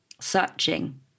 searching